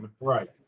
Right